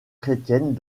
chrétiennes